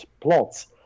plots